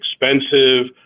expensive